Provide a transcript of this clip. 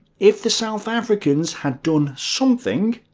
if the south africans had done something,